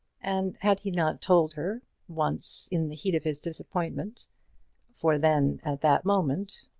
and had he not told her once in the heat of his disappointment for then at that moment,